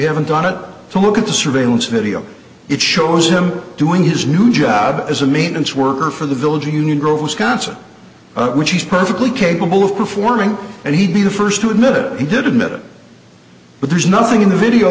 haven't done it to look at the surveillance video it shows him doing his new job as a maintenance worker for the village of union grove wisconsin which is perfectly capable of performing and he'd be the first to admit he did admit it but there's nothing in the video